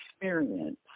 experience